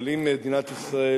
אבל אם מדינת ישראל